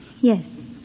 Yes